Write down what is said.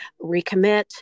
recommit